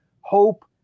hope